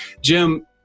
Jim